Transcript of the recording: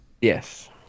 Yes